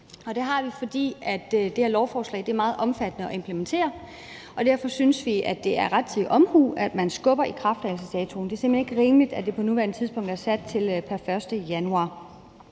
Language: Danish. Det har vi, fordi det her lovforslag er meget omfattende at implementere, og derfor synes vi, det er rettidig omhu, at man skubber ikrafttrædelsesdatoen. Det er simpelt hen ikke rimeligt, at den på nuværende tidspunkt er sat til den 1. januar.